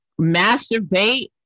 masturbate